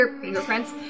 fingerprints